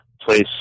place